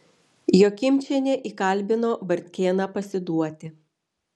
jokimčienė įkalbino bartkėną pasiduoti